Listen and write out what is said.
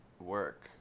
work